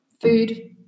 food